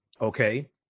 okay